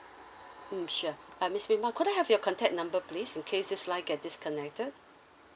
mm sure uh miss mima could I have your contact number please in case this line get disconnected